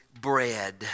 bread